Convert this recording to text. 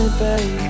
baby